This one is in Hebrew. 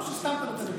או שסתם אתה נותן עצות?